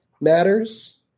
matters